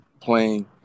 playing